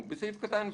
בסעיף קטן (ו),